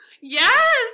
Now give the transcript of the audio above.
Yes